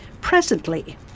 Presently